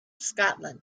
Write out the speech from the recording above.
scotland